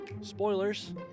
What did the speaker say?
Spoilers